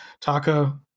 Taco